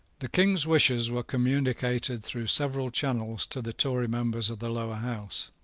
the king's wishes were communicated through several channels to the tory members of the lower house.